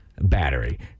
battery